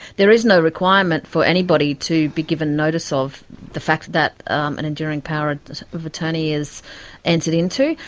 there is no requirement for anybody to be given notice of the fact that an enduring power of attorney is entered into.